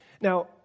Now